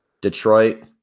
Detroit